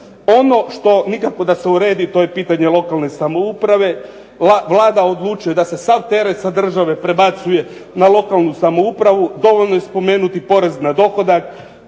Ono što nikako da se uredi to je pitanje lokalne samouprave. Vlada odlučuje da se sav teret sa države prebacuje na lokalnu samoupravu. Dovoljno je spomenuti porez na dohodak,